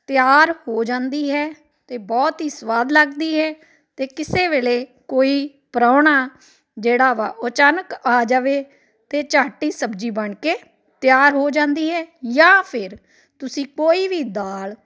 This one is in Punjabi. ਤਿਆਰ ਹੋ ਜਾਂਦੀ ਹੈ ਅਤੇ ਬਹੁਤ ਹੀ ਸਵਾਦ ਲੱਗਦੀ ਹੈ ਅਤੇ ਕਿਸੇ ਵੇਲੇ ਕੋਈ ਪ੍ਰਾਹੁਣਾ ਜਿਹੜਾ ਵਾ ਉਹ ਅਚਾਨਕ ਆ ਜਾਵੇ ਤਾਂ ਝੱਟ ਹੀ ਸਬਜੀ ਬਣ ਕੇ ਤਿਆਰ ਹੋ ਜਾਂਦੀ ਹੈ ਜਾਂ ਫਿਰ ਤੁਸੀਂ ਕੋਈ ਵੀ ਦਾਲ